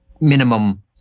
minimum